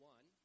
One